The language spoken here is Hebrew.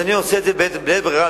אז אני עושה את זה בלית ברירה,